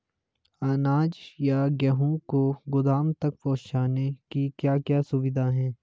अनाज या गेहूँ को गोदाम तक पहुंचाने की क्या क्या सुविधा है?